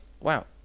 wow